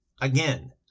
Again